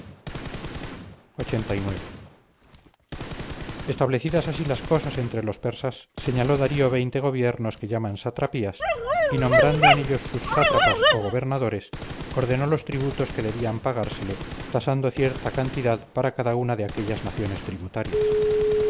lxxxix establecidas así las cosas entre los persas señaló darío gobiernos que llaman satrapías y nombrando en ellos sus sátrapas o gobernadores ordenó los tributos que debían pagársele tasando cierta cantidad para cada una de aquellas naciones tributarias